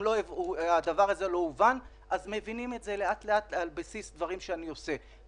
אם הדבר הזה לא הובן אז מבינים את זה לאט-לאט על בסיס דברים שאני עושה.